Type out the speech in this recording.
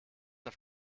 auf